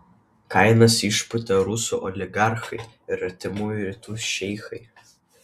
kainas išpūtė rusų oligarchai ir artimųjų rytų šeichai